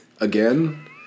Again